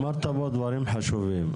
אמרת פה דברים חשובים,